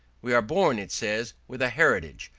we are born, it says, with a heritage,